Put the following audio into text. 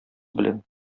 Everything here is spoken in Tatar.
белән